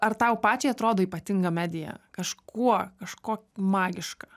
ar tau pačiai atrodo ypatinga medija kažkuo kažko magiška